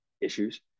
issues